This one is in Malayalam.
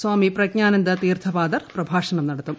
സ്വാമി പ്രജ്ഞാനന്ദ തീർഥപാദർ പ്രഭാഷണം നടത്തും